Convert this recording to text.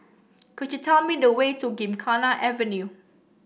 could you tell me the way to Gymkhana Avenue